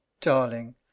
darling